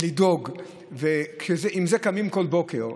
לדאוג, ועם זה קמים כל בוקר.